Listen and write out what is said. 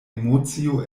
emocio